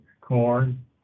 corn